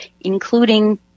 including